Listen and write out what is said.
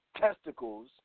testicles